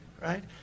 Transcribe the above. right